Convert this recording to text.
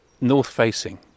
north-facing